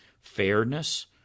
fairness